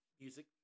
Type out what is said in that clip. music